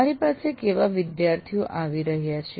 મારી પાસે કેવા વિદ્યાર્થીઓ આવી રહ્યા છે